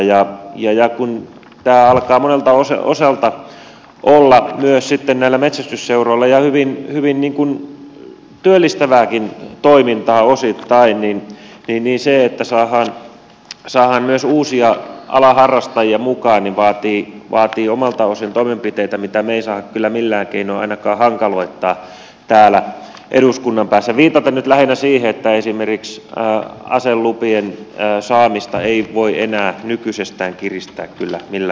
ja kun tämä alkaa monelta osalta olla myös metsästysseuroilla hyvin niin kuin työllistävääkin toimintaa osittain niin se että saadaan myös uusia alan harrastajia mukaan vaatii omalta osin toimenpiteitä mitä me emme saa kyllä millään keinoin ainakaan hankaloittaa täällä eduskunnan päässä viitaten nyt lähinnä siihen että esimerkiksi aselupien saamista ei voi enää nykyisestään kiristää kyllä millään lailla